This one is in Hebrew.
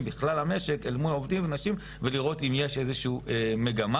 בכלל המשק אל מול עובדים נשים ולראות אם יש איזו שהיא מגמה.